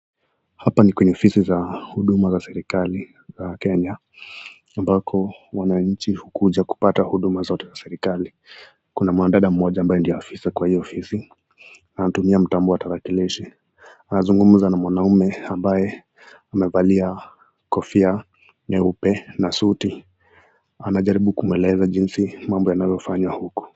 Hapa ni kwenye ofisi za huduma za serikali ya Kenya. Ambako wananchi hukuja kupata huduma zote za serikali. Kuna mwanadada mmoja ambaye ndio afisa kwa hii ofisi. Anatumia mtambo wa tarakilishi. Anazungumza na mwanaume ambaye amevalia kofia nyeupe na suti. Anajaribu kumweleza jinsi mambo yanavyo fanywa uko.